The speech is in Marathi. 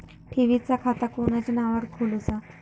ठेवीचा खाता कोणाच्या नावार खोलूचा?